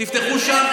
תפתחו שם,